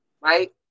Right